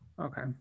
Okay